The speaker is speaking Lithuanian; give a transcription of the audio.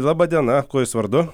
laba diena kuo jūs vardu